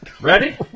Ready